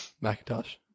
Macintosh